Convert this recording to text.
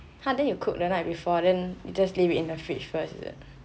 !huh! then you cook the night beforehand then you just leave it in the fridge first is it